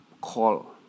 call